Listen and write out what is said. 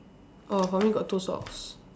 orh for me got two socks